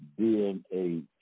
DNA